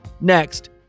Next